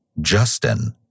Justin